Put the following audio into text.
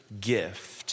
gift